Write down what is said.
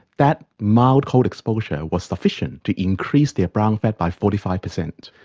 that mild cold exposure was sufficient to increase their brown fat by forty five percent.